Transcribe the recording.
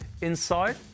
Inside